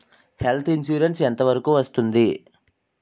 Health insurance ఎంత వరకు వస్తుంది?